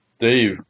Dave